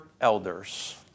elders